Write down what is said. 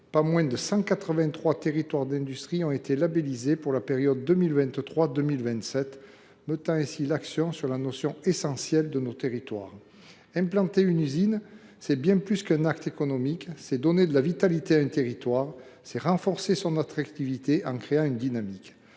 Pas moins de 183 territoires d’industrie ont été labellisés pour la période 2023 2027, ce qui a permis de mettre l’accent sur la notion essentielle de territoire. Implanter une usine, c’est bien plus qu’un acte économique : c’est donner de la vitalité à un territoire, c’est renforcer son attractivité en créant une dynamique.